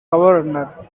governor